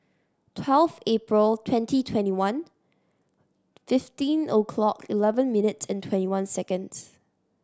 twelve April twenty twenty one fifteen o'clock eleven minute and twenty one seconds